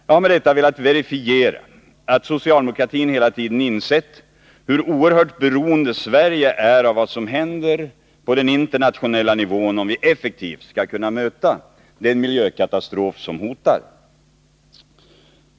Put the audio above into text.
Jag har med detta velat verifiera att socialdemokratin hela tiden insett hur oerhört beroende Sverige är av vad som händer på den internationella nivån, om vi effektivt skall kunna möta den miljökatastrof som hotar.